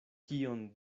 kion